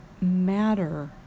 matter